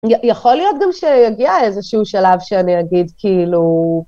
יכול להיות גם שיגיע איזשהו שלב שאני אגיד כאילו...